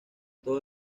todos